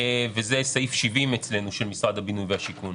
אצלנו זה סעיף 70, של משרד הבינוי והשיכון.